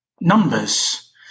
numbers